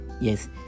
yes